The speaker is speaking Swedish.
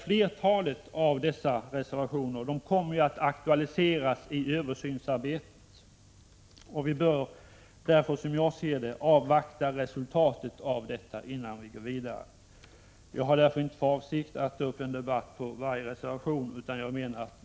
Flertalet av dessa kommer att aktualiseras i översynsarbetet, och vi bör därför som jag ser det avvakta resultatet av detta arbete innan vi går vidare. Jag har därför inte för avsikt att ta upp en debatt om varje reservation.